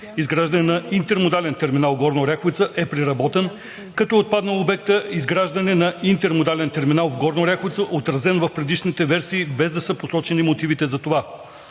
изграждане на интермодален терминал Горна Оряховица“ е преработен, като е отпаднал обектът „Изграждане на интермодален терминал в Горна Оряховица“, отразен в предишните версии, без да са посочени мотивите за това.